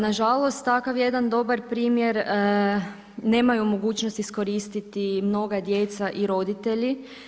Nažalost, takav jedan dobar primjer nemaju mogućnost iskoristiti mnoga djeca i roditelji.